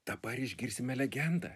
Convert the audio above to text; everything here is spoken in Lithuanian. dabar išgirsime legendą